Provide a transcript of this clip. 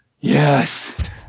Yes